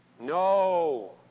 No